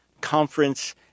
conference